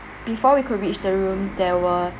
before we could reach the room there were